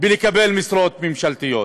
בקבלת משרות ממשלתיות.